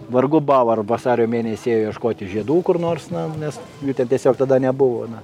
vargu bau ar vasario mėnesį ėjo ieškoti žiedų kur nors na nes jų ten tiesiog tada nebuvo na